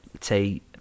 say